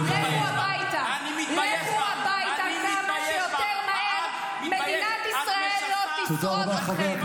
היו"ר משה טור פז: תודה רבה.